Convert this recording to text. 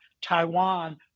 Taiwan